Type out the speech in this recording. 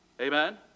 Amen